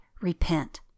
Repent